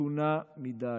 מתונה מדי.